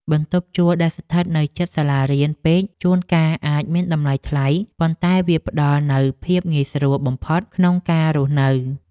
បន្ទប់ជួលដែលស្ថិតនៅជិតសាលារៀនពេកជួនកាលអាចមានតម្លៃថ្លៃ ប៉ុន្តែវាផ្តល់នូវភាពងាយស្រួលបំផុតក្នុងការរស់នៅ។